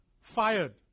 fired